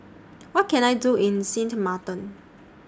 What Can I Do in Sint Maarten